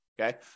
okay